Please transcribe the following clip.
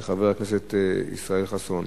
של חבר הכנסת ישראל חסון.